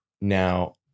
Now